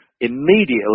immediately